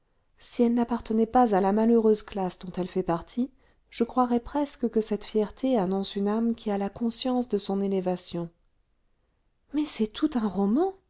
si elle n'appartenait pas à la malheureuse classe dont elle fait partie je croirais presque que cette fierté annonce une âme qui a la conscience de son élévation mais c'est tout un roman